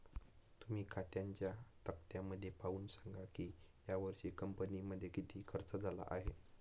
तुम्ही खात्यांच्या तक्त्यामध्ये पाहून सांगा की यावर्षी कंपनीमध्ये किती खर्च झाला आहे